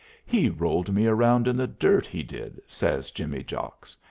he rolled me around in the dirt, he did, says jimmy jocks,